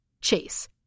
Chase